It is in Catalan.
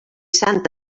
sant